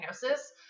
diagnosis